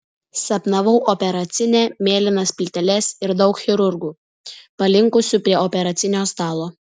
sapnavau operacinę mėlynas plyteles ir daug chirurgų palinkusių prie operacinio stalo